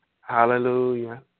Hallelujah